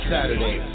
Saturday